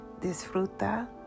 Disfruta